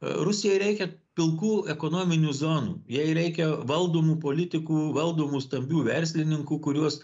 rusijai reikia pilkų ekonominių zonų jai reikia valdomų politikų valdomų stambių verslininkų kuriuos